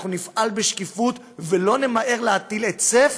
אנחנו נפעל בשקיפות, ולא נמהר להטיל היטל היצף,